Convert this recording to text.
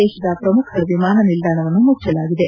ದೇತದ ಪ್ರಮುಖ ವಿಮಾನ ನಿಲ್ಲಾಣವನ್ನು ಮುಳ್ಲಲಾಗಿದೆ